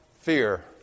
fear